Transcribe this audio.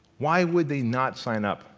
why would they not sign up,